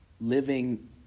living